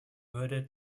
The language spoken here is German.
würde